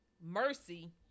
Mercy